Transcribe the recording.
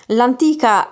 l'antica